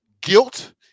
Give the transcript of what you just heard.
guilt